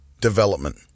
development